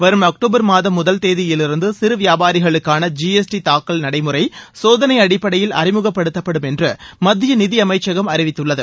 வரும் அக்டோபர் மாதம் முதல் தேதியிலிருந்து சிறு வியாபாரிகளுக்கான ஜிஎஸ்டி தாக்கல் நடைமுறை சோதனை அடிப்படையில் அறிமுகப்படுத்தப்படும் என்று மத்திய நிதி அமைச்சகம் அறிவித்துள்ளது